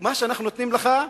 מה שאנחנו נותנים לך,